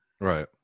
right